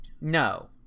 no